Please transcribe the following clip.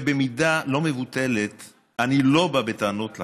ובמידה לא מבוטלת אני לא בא בטענות לחרדים,